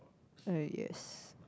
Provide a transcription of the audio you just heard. uh yes